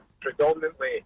predominantly